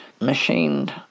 machined